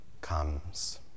comes